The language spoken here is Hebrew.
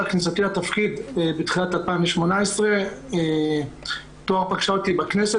כניסתי לתפקיד בתחילת 2018 טוהר פגשה אותי בכנסת,